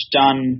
done